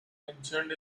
mentioned